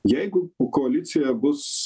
jeigu koalicija bus